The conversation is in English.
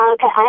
Okay